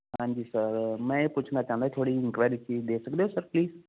ਹਾਂਜੀ ਸਰ ਮੈਂ ਇਹ ਪੁੱਛਣਾ ਚਾਹੁੰਦਾ ਥੋੜੀ ਇੰਨਕੁਆਰੀ ਚੀਜ ਦੇ ਸਕਦੇ ਓ ਪਲੀਸ